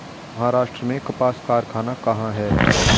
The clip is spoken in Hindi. महाराष्ट्र में कपास कारख़ाना कहाँ है?